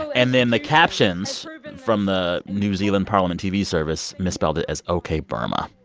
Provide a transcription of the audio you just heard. and then the captions from the new zealand parliament tv service misspelled it as ok, burma,